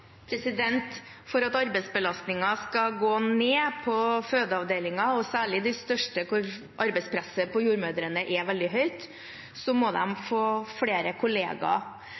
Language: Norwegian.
For at arbeidsbelastningen skal gå ned på fødeavdelingene – særlig de største, hvor arbeidspresset på jordmødrene er veldig høyt – må de få flere kollegaer.